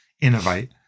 innovate